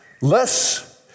less